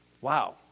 Wow